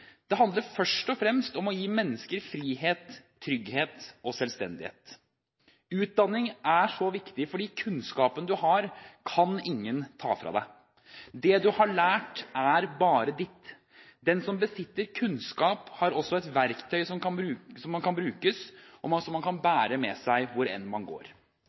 det handler først og fremst om å gi mennesker frihet, trygghet og selvstendighet. Utdanning er så viktig fordi den kunnskapen du har, kan ingen ta fra deg. Det du har lært, er bare ditt. Den som besitter kunnskap, har også et verktøy som kan brukes, og som man kan bære med seg hvor enn man går.